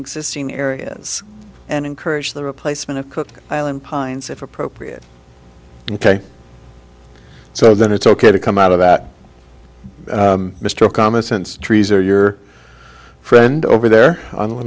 existing areas and encourage the replacement of cook island pines if appropriate ok so then it's ok to come out of that mr common sense trees or your friend over there and whe